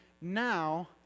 now